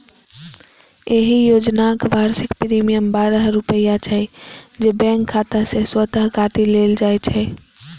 एहि योजनाक वार्षिक प्रीमियम बारह रुपैया छै, जे बैंक खाता सं स्वतः काटि लेल जाइ छै